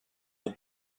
the